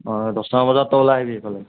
দহটামান বজাত তই ওলাই আহিবি এইফালে